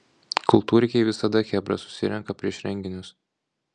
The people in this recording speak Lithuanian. kultūrkėj visada chebra susirenka prieš renginius